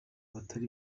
batari